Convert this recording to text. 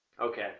Okay